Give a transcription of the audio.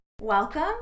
Welcome